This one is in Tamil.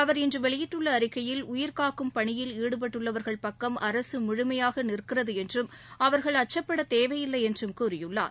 அவர் இன்று வெளியிட்டுள்ள அறிக்கையில் உயிர்க்காக்கும் பணியில் ஈடுபட்டுள்ளவர்கள் பக்கம் அரசு முழுமையாக நிற்கிறது என்றும் அவர்கள் அச்சப்படத்தேவையில்லை என்றும் கூறியுள்ளார்